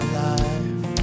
life